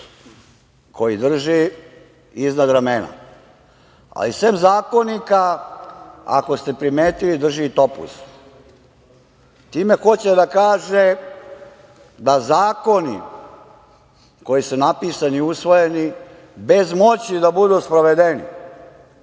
koji drži iznad razmena. Ali, sem Zakonika, ako ste primetili, drži i topuz. Time hoće da kaže da zakoni koji su napisani i usvojeni, bez moći da budu sprovedeni,